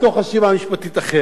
לסכסוך רב השנים.